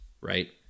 right